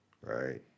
right